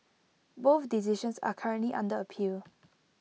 both decisions are currently under appeal